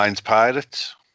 pirates